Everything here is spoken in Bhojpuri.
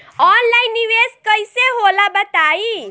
ऑनलाइन निवेस कइसे होला बताईं?